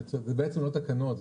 זה בעצם לא תקנות,